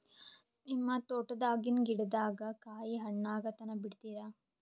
ನಿಮ್ಮ ತೋಟದಾಗಿನ್ ಗಿಡದಾಗ ಕಾಯಿ ಹಣ್ಣಾಗ ತನಾ ಬಿಡತೀರ?